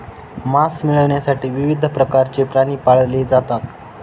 मांस मिळविण्यासाठी विविध प्रकारचे प्राणी पाळले जातात